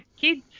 kids